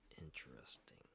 Interesting